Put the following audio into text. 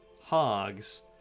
hogs